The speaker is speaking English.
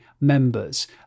members